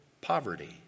poverty